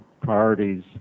priorities